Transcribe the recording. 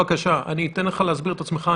בבקשה, אתן לך להסביר את עצמך.